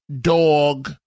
dog